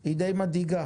היא די מדאיגה.